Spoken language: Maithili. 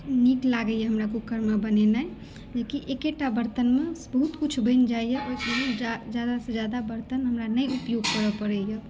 नीक लागैया हमरा कुकर मे बनेनाइ कियाकि एकेटा बर्तनमे बहुत किछु बनि जाइया जादा से जादा बर्तन हमरा नहि उपयोग करय पड़ैया